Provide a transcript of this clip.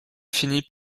finit